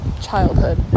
childhood